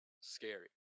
scary